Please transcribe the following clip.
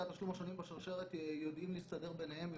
התשלום השונים בשרשרת יודעים להסתדר ביניהם,